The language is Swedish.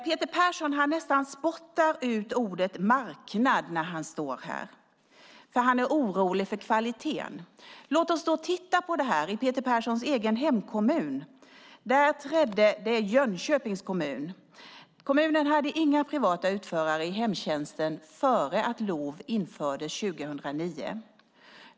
Peter Persson nästan spottar ut ordet "marknad" när han står här, för han är orolig för kvaliteten. Låt oss då titta på detta i Peter Perssons egen hemkommun Jönköping. Kommunen hade inga privata utförare i hemtjänsten innan LOV infördes 2009.